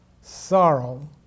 sorrow